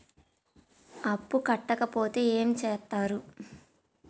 అప్పు కట్టకపోతే ఏమి చేత్తరు?